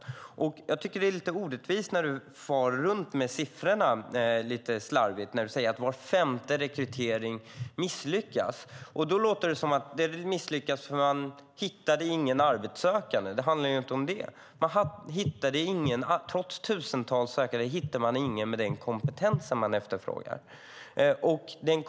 Det är något orättvist när Jasenko Omanovic far runt med siffrorna lite slarvigt och säger att var femte rekrytering misslyckas. Det låter som att de misslyckas för att man inte hittar någon arbetssökande. Vad det handlar om är i stället att man trots tusentals sökande inte hittar någon med den kompetens man efterfrågar.